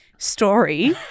Story